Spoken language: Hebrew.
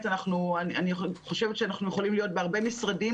אני חושבת שאנחנו יכולים להיות בהרבה משרדים.